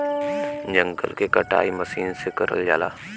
जंगल के कटाई मसीन से करल जाला